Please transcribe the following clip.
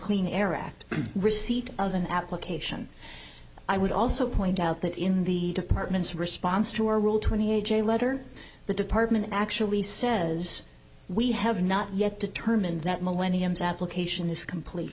clean air act receipt of an application i would also point out that in the department's response to our rule twenty a j letter the department actually says we have not yet determined that millenniums application is complete